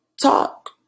talk